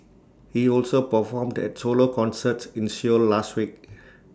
he also performed at solo concerts in Seoul last week